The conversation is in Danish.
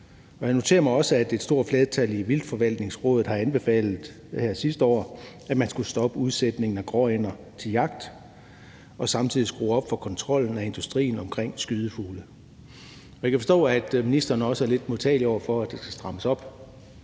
jeg noterer mig også, at et stort flertal i Vildtforvaltningsrådet her sidste år har anbefalet, at man skulle stoppe udsætningen af gråænder til jagt og samtidig skrue op for kontrollen af industrien omkring skydefugle. Jeg kan forstå, at ministeren også er lidt modtagelig over for, at der skal strammes op.